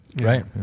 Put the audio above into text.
Right